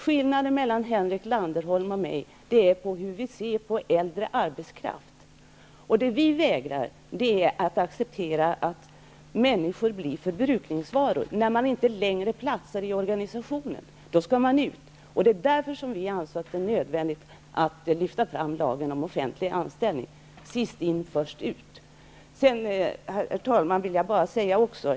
Skillnaden mellan Henrik Landerholm och mig består i hur vi ser på äldre arbetskraft. Vi socialdemokrater vägrar att acceptera att människor blir betraktade som förbrukningsvaror. När de inte längre platsar i organisationen skall de skickas ut ur den. Det är därför som vi anser det nödvändigt att lyfta fram lagen om offentlig anställning, dvs. ''sist in, först ut''. Herr talman!